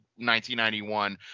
1991